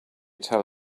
tell